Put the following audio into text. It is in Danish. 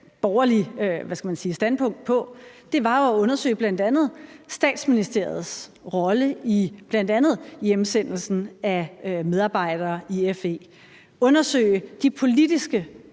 borgerligt standpunkt om, var jo at undersøge bl.a. Statsministeriets rolle i bl.a. hjemsendelsen af medarbejdere i FE, at undersøge den politiske